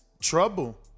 trouble